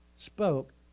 spoke